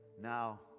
Now